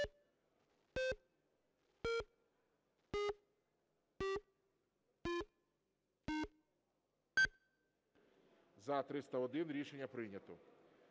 За-303 Рішення прийнято.